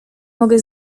mogę